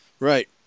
Right